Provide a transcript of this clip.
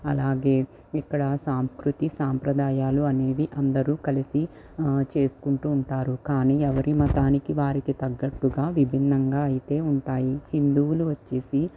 అలాగే ఇక్కడ సాంస్కృతి సాంప్రదాయాలు అనేవి అందరూ కలిసి చేసుకుంటూ ఉంటారు కానీ ఎవరి మతానికి వారికి తగ్గట్టుగా విభిన్నంగా అయితే ఉంటాయి హిందువులు వచ్చేసి